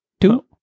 two